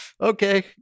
Okay